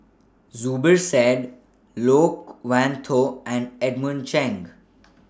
Zubir Said Loke Wan Tho and Edmund Cheng